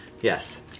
Yes